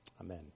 Amen